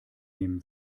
nehmen